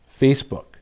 Facebook